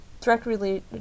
directly